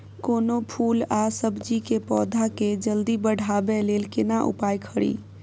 कोनो फूल आ सब्जी के पौधा के जल्दी बढ़ाबै लेल केना उपाय खरी?